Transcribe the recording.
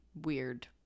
weird